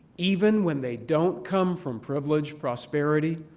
even when they don't come from privilege, prosperity,